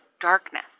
darkness